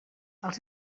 els